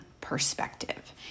Perspective